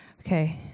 Okay